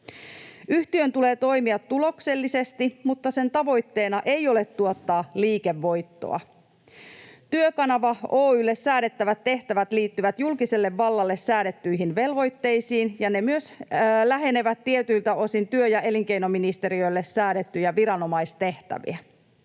Yhtiön tulee toimia tuloksellisesti, mutta sen tavoitteena ei ole tuottaa liikevoittoa. Työkanava Oy:lle säädettävät tehtävät liittyvät julkiselle vallalle säädettyihin velvoitteisiin, ja ne myös lähenevät tietyiltä osin työ‑ ja elinkeinoministeriölle säädettyjä viranomaistehtäviä.